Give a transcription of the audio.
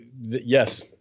yes